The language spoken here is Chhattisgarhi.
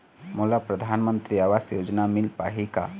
मोला परधानमंतरी आवास योजना मिल पाही का?